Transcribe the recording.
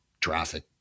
traffic